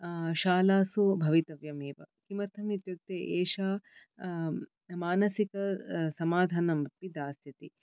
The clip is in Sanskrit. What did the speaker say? शालसु भवितव्यमेव किमर्थमित्युक्ते एषा मानसिक समाधानमपि दास्यति